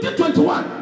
2021